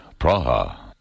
Praha